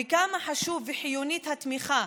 וכמה חשובים וחיוניים התמיכה,